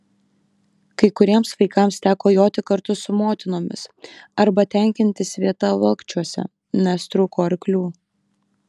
kai kuriems vaikams teko joti kartu su motinomis arba tenkintis vieta valkčiuose nes trūko arklių